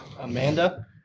Amanda